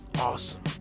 awesome